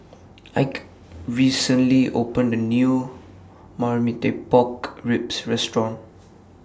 Ike recently opened A New Marmite Pork Ribs Restaurant